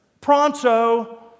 Pronto